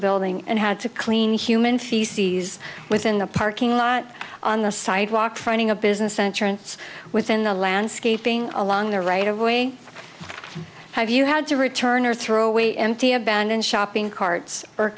building and had to clean human feces within the parking lot on the sidewalk running a business center and it's within the landscaping along the right of way have you had to return or throw away empty abandoned shopping carts or